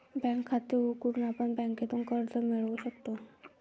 bank खाते उघडून आपण बँकेकडून कर्ज मिळवू शकतो